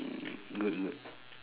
good good